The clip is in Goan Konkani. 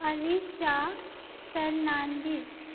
आलिशा फेर्नांडीस